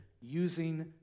using